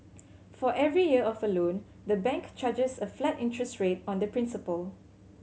for every year of a loan the bank charges a flat interest rate on the principal